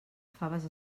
faves